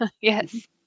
Yes